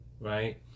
Right